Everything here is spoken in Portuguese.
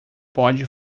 pode